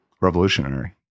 revolutionary